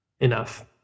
enough